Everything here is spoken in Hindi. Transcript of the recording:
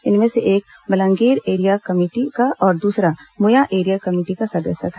इनमें से एक मलंगीर एरिया कमेटी का और दूसरा मुया एरिया कमेटी का सदस्य था